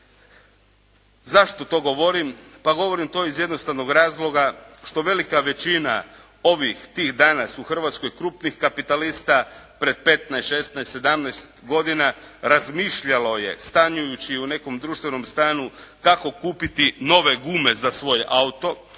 Zašto to govorim? Pa govorim to iz jednostavnog razloga što velika većina ovih, tih danas u Hrvatskoj krupnih kapitalista pred 15, 16, 17 godina razmišljalo je stanujući u nekom društvenom stanu, tako kupiti nove gume za svoj auto.